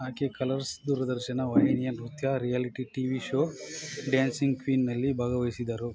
ಆಕೆ ಕಲರ್ಸ್ ದೂರದರ್ಶನ ವಾಹಿನಿಯ ನೃತ್ಯ reality T V show dancing ಕ್ವೀನ್ನಲ್ಲಿ ಭಾಗವಹಿಸಿದರು